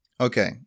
Okay